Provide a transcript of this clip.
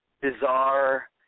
bizarre